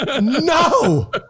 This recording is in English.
no